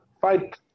Fight